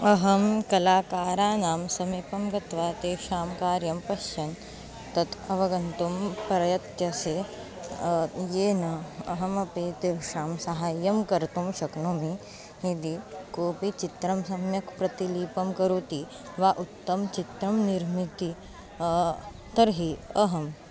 अहं कलाकाराणां समीपं गत्वा तेषां कार्यं पश्यन् तत् अवगन्तुं प्रयते येन अहमपि तेषां सहायं कर्तुं शक्नोमि यदि कोपि चित्रं सम्यक् प्रतिलिपिं करोति वा उत्तमं चित्रं निर्माति तर्हि अहं